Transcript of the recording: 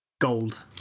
Gold